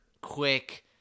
quick